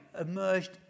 emerged